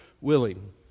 willing